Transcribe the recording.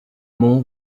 more